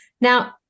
Now